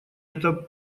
это